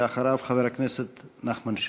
אחריו, חבר הכנסת נחמן שי.